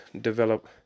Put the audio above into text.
develop